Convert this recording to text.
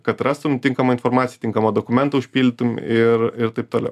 kad rastum tinkamą informaciją tinkamą dokumentų užpildytum ir ir taip toliau